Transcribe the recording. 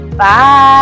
Bye